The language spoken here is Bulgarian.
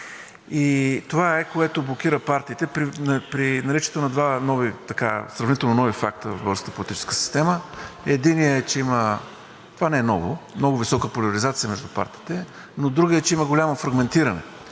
И това е, което блокира партиите при наличието на два сравнително нови факта в българската политическа система. Единият е, че има – това не е ново, много висока поляризация между партиите, но другият е, че има голямо фрагментиране.